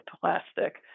plastic